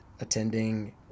attending